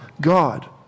God